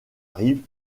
rive